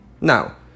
Now